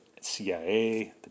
CIA